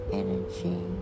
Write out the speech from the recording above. energy